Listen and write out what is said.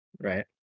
Right